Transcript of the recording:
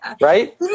right